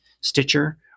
Stitcher